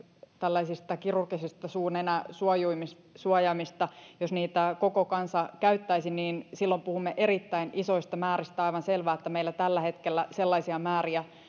tällaisista kirurgisista suu nenäsuojaimista niin jos niitä koko kansa käyttäisi niin silloin puhumme erittäin isoista määristä on aivan selvää että meillä tällä hetkellä sellaisia määriä